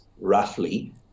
roughly